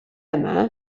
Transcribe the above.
yma